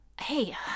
hey